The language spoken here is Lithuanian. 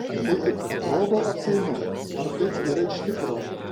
tai tik atrodo atsainu ar taip yra iš tikro